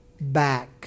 back